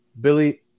Billy